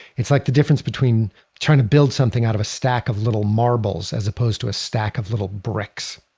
it's like the difference between trying to build something out of a stack of little marbles as opposed to a stack of little bricks.